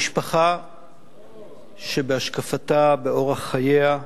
משפחה שבהשקפתה, באורח חייה,